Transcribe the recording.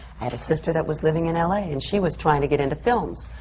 had a sister that was living in l a, and she was trying to get into films.